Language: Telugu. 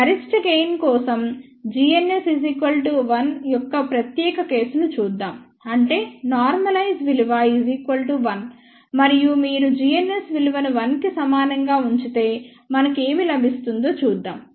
గరిష్ట గెయిన్ కోసం g ns 1 యొక్క ప్రత్యేక కేసును చూద్దాం అంటే నార్మలైజ్ విలువ 1 మరియు మీరు g ns విలువను 1 కి సమానంగా ఉంచితే మనకు ఏమి లభిస్తుందో చూద్దాం